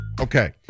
Okay